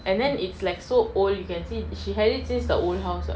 and then it's like so old you can see she had it since the old house [what]